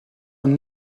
een